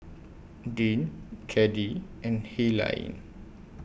Dean Caddie and Helaine